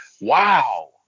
Wow